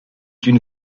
une